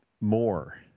more